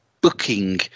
booking